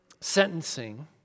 sentencing